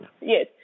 Yes